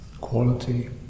quality